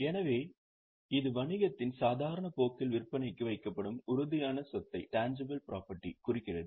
எனவே இது வணிகத்தின் சாதாரண போக்கில் விற்பனைக்கு வைக்கப்படும் உறுதியான சொத்தை குறிக்கிறது